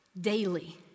daily